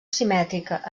simètrica